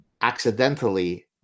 accidentally